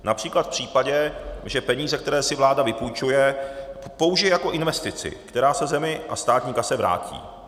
Například v případě, že peníze, které si vláda vypůjčuje, použije jako investici, která se zemi a státní kase vrátí.